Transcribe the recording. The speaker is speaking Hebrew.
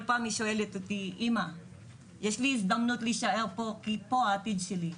כל פעם היא שואלת אותי אם יש לה הזדמנות להישאר כי פה העתיד שלה,